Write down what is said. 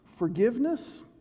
forgiveness